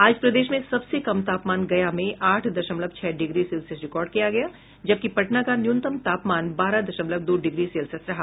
आज प्रदेश में सबसे कम तापमान गया में आठ दशमलव छह डिग्री सेल्सियस रिकॉर्ड किया गया जबकि पटना का न्यूनतम तापमान बारह दशमलव दो डिग्री सेल्सियस रहा